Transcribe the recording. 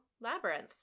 Labyrinth